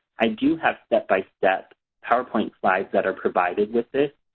i do have step-by-step powerpoint slides that are provided with this,